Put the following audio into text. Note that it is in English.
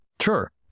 Sure